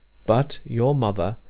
but your mother,